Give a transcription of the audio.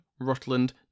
Rutland